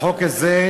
החוק הזה,